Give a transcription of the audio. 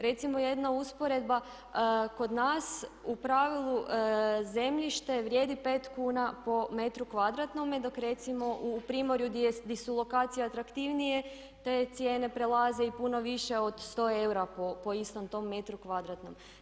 Recimo jedna usporedba kod nas u pravilu zemljište vrijedi 5 kuna po metru kvadratnome dok recimo u Primorju di su lokacije atraktivnije te cijene prelaze i puno više od 100 eura po istom tom metru kvadratnom.